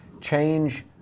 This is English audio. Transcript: change